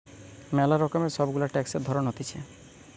ম্যালা রকমের সব গুলা ট্যাক্সের ধরণ হতিছে